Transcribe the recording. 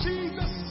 Jesus